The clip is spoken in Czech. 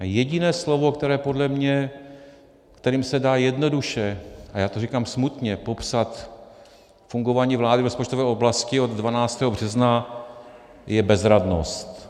Jediné slovo, které podle mě, kterým se dá jednoduše a já to říkám smutně popsat fungování vlády v rozpočtové oblasti od 12. března, je bezradnost.